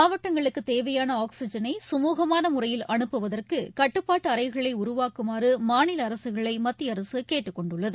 மாவட்டங்களுக்கு தேவையான ஆக்சிஜனை சமூகமான முறையில் அனுப்புவதற்கு கட்டுபாட்டு அறைகளை உருவாக்குமாறு மாநில அரசுகளை மத்திய அரசு கேட்டுக்கொண்டுள்ளது